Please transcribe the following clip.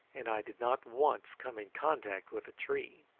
and i did not once come in contact with a tree.